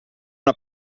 una